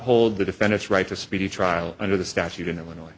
hold the defendant's right to a speedy trial under the statute in illinois